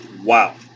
Wow